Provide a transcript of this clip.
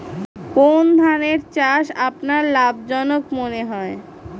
কোন ধানের চাষ আপনার লাভজনক মনে হয়?